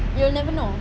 you'll never know